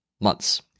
months